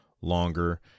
longer